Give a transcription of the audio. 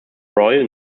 royal